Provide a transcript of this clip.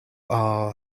are